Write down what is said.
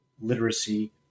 literacy